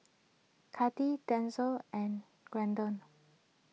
Kati Denzel and Glendon